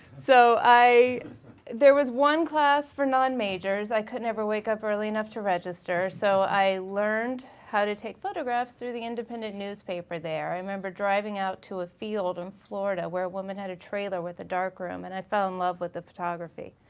so there was one class for non-majors. i could never wake up early enough to register so i learned how to take photographs through the independent newspaper there. i remember driving out to a field in florida where a woman had a trailer with a darkroom and i fell fell in love with the photography.